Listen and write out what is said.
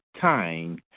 time